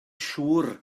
siŵr